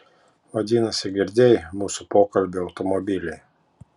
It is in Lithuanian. vadinasi girdėjai mūsų pokalbį automobilyje